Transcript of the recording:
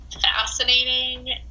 fascinating